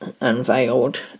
unveiled